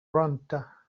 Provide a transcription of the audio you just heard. rhondda